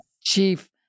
chief